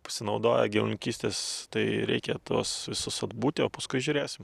pasinaudoję gyvulininkystės tai reikia tuos visus atbūti o paskui žiūrėsim